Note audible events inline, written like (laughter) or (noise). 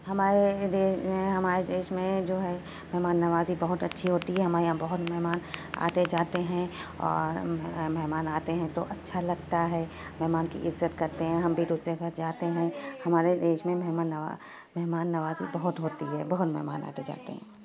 ہمارے ہمارے دیش میں جو ہے مہمان نوازی بہت اچھی ہوتی ہے ہمارے یہاں بہت مہمان آتے جاتے ہیں اور مہمان آتے ہیں تو اچھا لگتا ہے مہمان کی عزت کرتے ہیں ہم بھی دوسرے گھر جاتے ہیں ہمارے دیش میں مہمان (unintelligible) مہمان نوازی بہت ہوتی ہے بہت مہمان آتے جاتے ہیں